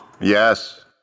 Yes